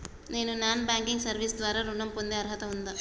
నేను non banking service ద్వారా ఋణం పొందే అర్హత ఉందా?